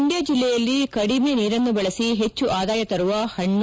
ಮಂಡ್ಣ ಜಿಲ್ಲೆಯಲ್ಲಿ ಕಡಿಮೆ ನೀರನ್ನು ಬಳಸಿ ಹೆಚ್ಚು ಆದಾಯ ತರುವ ಹಣ್ಣು